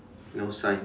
no sign